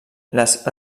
les